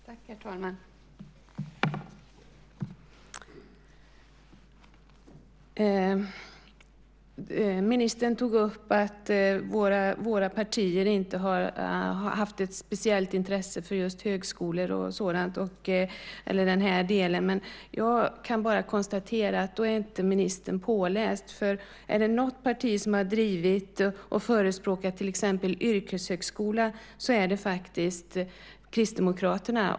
Herr talman! Ministern tog upp att våra partier inte har haft ett speciellt intresse för högskolor och sådant. Jag kan bara konstatera att ministern inte är påläst. Är det något parti som har drivit och förespråkat till exempel yrkeshögskola är det faktiskt Kristdemokraterna.